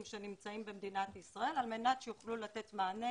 שנמצאים במדינת ישראל על מנת שיוכלו לתת מענה